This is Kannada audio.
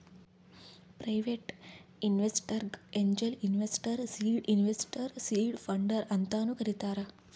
ಪ್ರೈವೇಟ್ ಇನ್ವೆಸ್ಟರ್ಗ angel investor, seed investor, seed funder ಅಂತಾನು ಕರಿತಾರ್